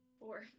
four